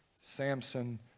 Samson